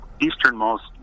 Easternmost